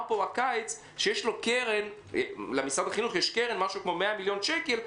פה הקיץ שיש למשרד החינוך קרן של כ-100 מיליון שקל,